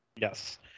Yes